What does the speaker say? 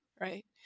right